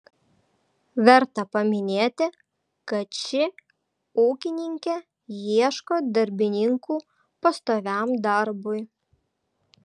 verta paminėti kad ši ūkininkė ieško darbininkų pastoviam darbui